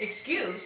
excuse